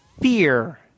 fear